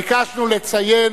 ביקשנו לציין